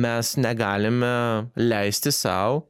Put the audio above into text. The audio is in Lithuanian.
mes negalime leisti sau